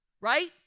right